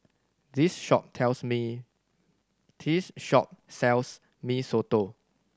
this shop tells me this shop sells Mee Soto